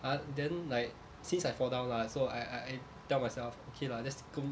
ah then like since I fall down lah so I I I tell myself okay lah just